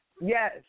Yes